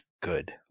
good